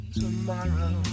tomorrow